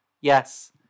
Yes